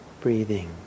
breathing